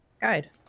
guide